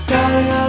Darling